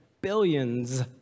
billions